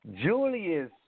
Julius